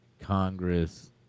Congress